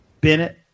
Bennett